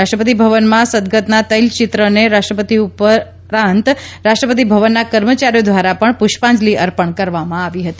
રાષ્ટ્રપતિભવનમાં સદગતના તૈલચિત્રને રાષ્ટ્રપતિ ઉપરાંત રાષ્ટ્રપતિભવનના કર્મચારીઓ દ્વારા પણ ્વષ્પાંજલિ અર્પણ કરવામાં આવી હતી